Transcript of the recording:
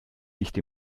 nicht